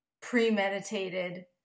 premeditated